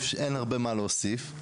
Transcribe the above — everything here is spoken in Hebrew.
אין הרבה מה להוסיף,